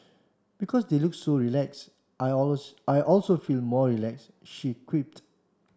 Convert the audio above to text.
because they look so relaxed I also feel more relaxed she quipped